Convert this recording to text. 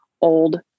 old